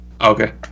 Okay